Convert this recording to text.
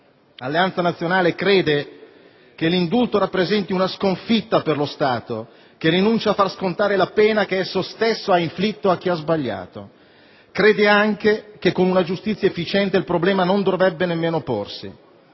Alleanza Nazionale crede che l'indulto rappresenti una sconfitta per lo Stato, che rinuncia a far scontare la pena che esso stesso ha inflitto a chi ha sbagliato. Crede anche che con una giustizia efficiente il problema non dovrebbe nemmeno porsi.